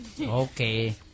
Okay